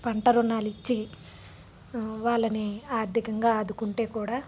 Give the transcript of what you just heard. పంట రుణాలు ఇచ్చి వాళ్ళని ఆర్థికంగా ఆదుకుంటే కూడా